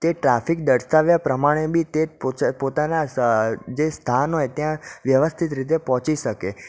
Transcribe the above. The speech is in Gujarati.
તે ટ્રાફિક દર્શાવ્યા પ્રમાણે બી તે પોતાનાં જે સ્થાન હોય ત્યાં વ્યવસ્થિત રીતે પહોંચી શકે